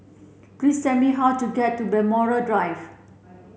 please said me how to get to Blackmore Drive